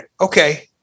Okay